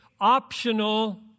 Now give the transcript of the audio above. optional